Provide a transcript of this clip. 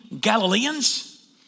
Galileans